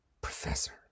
Professor